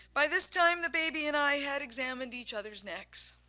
by this time, the baby and i had examined each other's necks,